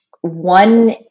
One